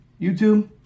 YouTube